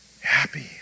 happy